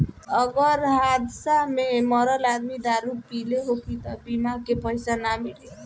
अगर हादसा में मरल आदमी दारू पिले होखी त बीमा के पइसा ना मिली